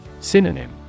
Synonym